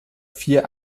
vier